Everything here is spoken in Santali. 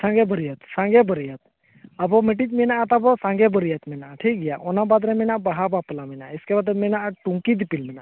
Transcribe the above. ᱥᱟᱸᱜᱮ ᱵᱟᱹᱨᱭᱟᱹᱛ ᱥᱟᱸᱜᱮ ᱵᱟᱹᱨᱭᱟᱹᱛ ᱟᱵᱚ ᱢᱤᱫᱴᱮᱱ ᱢᱮᱱᱟᱜᱼᱟ ᱛᱟᱵᱚ ᱥᱟᱸᱜᱮ ᱵᱟᱹᱨᱭᱟᱹᱛ ᱢᱮᱱᱟᱜᱼᱟ ᱴᱷᱤᱠ ᱜᱮᱭᱟ ᱚᱱᱟ ᱵᱟᱫᱽ ᱨᱮ ᱢᱮᱱᱟᱜᱼᱟ ᱵᱟᱦᱟ ᱵᱟᱯᱞᱟ ᱢᱮᱱᱟᱜᱼᱟ ᱮᱥᱠᱮ ᱵᱟᱫᱽ ᱢᱮᱱᱟᱜᱼᱟ ᱴᱩᱝᱠᱤ ᱫᱤᱯᱤᱞ ᱢᱮᱱᱟᱜᱼᱟ